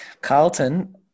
Carlton